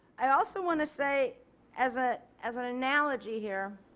i also want to say as ah as an analogy here.